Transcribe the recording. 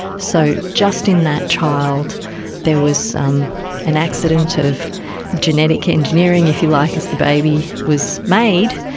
so just in that child there was um an accident of genetic engineering, if you like, as the baby was made,